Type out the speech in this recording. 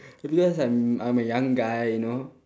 because I'm I'm a young guy you know